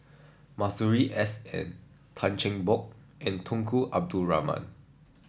Masuri S N Tan Cheng Bock and Tunku Abdul Rahman